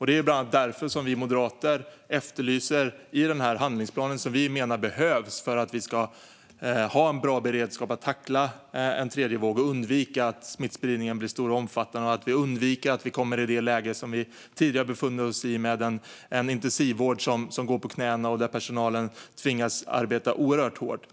Det är bland annat därför som vi moderater efterlyser en handlingsplan, som vi menar behövs för att ha en bra beredskap för att tackla en tredje våg och undvika att smittspridningen blir stor och omfattande och att vi kommer i det läge som vi tidigare befunnit oss i, med en intensivvård som går på knäna och där personalen tvingas arbeta oerhört hårt.